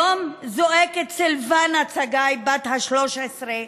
היום זועקת סילבנה צגאיי בת ה-13,